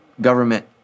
government